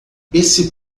esse